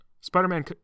Spider-Man